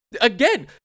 Again